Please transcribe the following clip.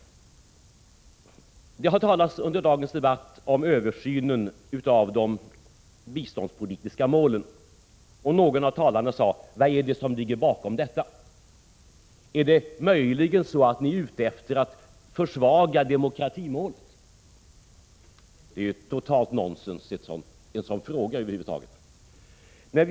Det har under dagens debatt talats om översynen av de biståndspolitiska målen. Någon av talarna sade: Vad är det som ligger bakom detta? Är ni möjligen ute efter att försvaga demokratimålet? Att över huvud taget fråga något sådant är totalt nonsens.